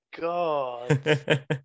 god